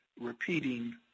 repeating